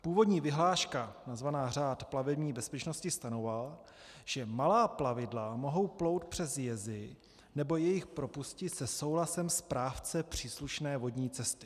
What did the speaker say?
Původní vyhláška nazvaná řád plavební bezpečnosti stanovovala, že malá plavidla mohou plout přes jezy nebo jejich propusti se souhlasem správce příslušné vodní cesty.